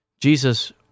Jesus